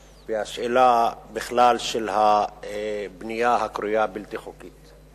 והשאלה, בכלל, של הבנייה הקרויה בלתי חוקית.